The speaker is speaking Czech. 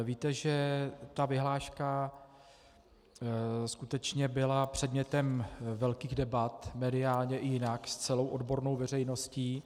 Víte, že ta vyhláška skutečně byla předmětem velkých debat, mediálně i jinak, s celou odbornou veřejností.